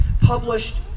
published